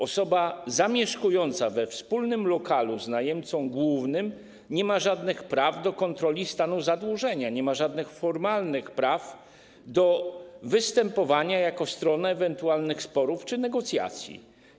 Osoba zamieszkująca we wspólnym lokalu z najemcą głównym nie ma żadnych praw do kontroli stanu zadłużenia, nie ma też żadnych formalnych praw do występowania jako strona w ewentualnych sporach czy negocjacjach.